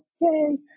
yay